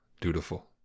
dutiful